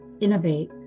innovate